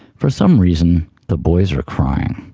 for some reason the boys are crying.